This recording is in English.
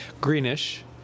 greenish